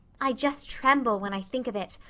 i just tremble when i think of it,